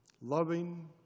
loving